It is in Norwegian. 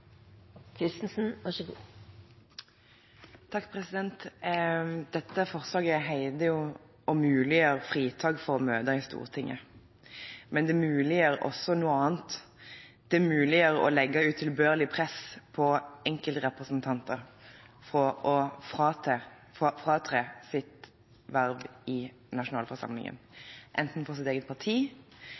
Dette forslaget handler om «å muliggjøre fritak for å møte på Stortinget». Men det muliggjør også noe annet. Det muliggjør å legge utilbørlig press på enkeltrepresentanter for å fratre sitt verv i nasjonalforsamlingen, enten fra deres eget parti,